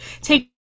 take